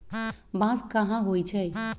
बांस कहाँ होई छई